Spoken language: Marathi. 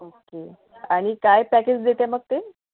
ओके आणि काय पॅकेज देत आहे मग ते